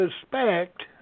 suspect